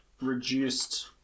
reduced